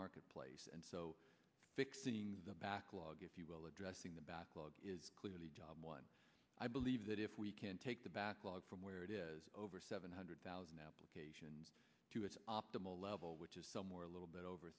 marketplace and so fixing the backlog if you will addressing the backlog is clearly job one i believe that if we can take the backlog from where it is over seven hundred thousand applications to its optimal level which is somewhere a little bit over